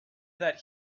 that